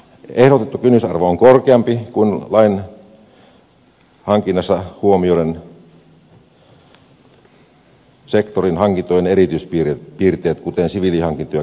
ehdotettu kynnysarvo on korkeampi kuin hankintalaissa huomioiden sektorin hankintojen erityispiirteet kuten siviilihankintoja keskimäärin korkeampi arvo